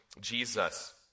jesus